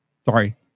sorry